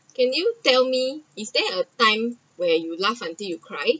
can you tell me is there a time when you laugh until you cry